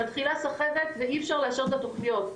מתחילה סחבת ואי אפשר לאפשר את התוכניות,